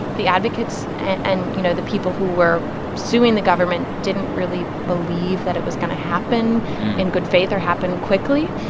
the advocates and, you know, the people who were suing the government didn't really believe that it was going to happen in good faith or happen quickly.